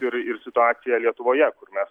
ir ir situacija lietuvoje kur mes